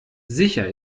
sicher